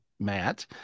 Matt